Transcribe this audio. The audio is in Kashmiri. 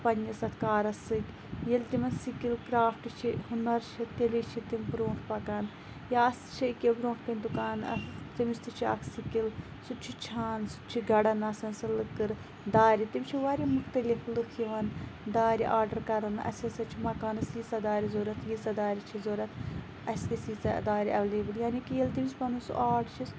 پَننِس اَتھ کارَس سۭتۍ ییٚلہِ تِمَن سِکِل کرافٹہٕ چھِ ہُنَر چھُ تیٚلہِ چھِ تِم برونٛہہ پَکان یا اَسہ چھِ أکیاہ برونٛہہ کَنہٕ دُکان تٔمِس تہِ چھُ اکھ سِکِل سُہ تہِ چھُ چھان سُہ تہِ چھُ گَڑان آسان سۄ لٔکٕردارِ تِم چھِ واریاہ مُختَلِف لٕکھ یِوان دارِ آرڈَر کَران اَسہِ ہَسا چھِ مَکانَس ییٖژاہ دارِ ضوٚرَتھ ییٚژاہ دارِچھِ ضوٚرَتھ اَسہِ تھٲے زِ ییٖژاہ دَارِ ایویلیبٕل یعنے کہِ ییٚلہِ تٔمِس پَنُن سُہ آٹ چھُس